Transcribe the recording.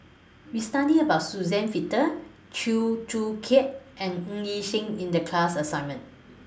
We studied about Suzann Victor Chew Joo Chiat and Ng Yi Sheng in The class assignment